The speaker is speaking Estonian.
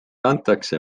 antakse